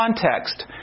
context